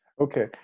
Okay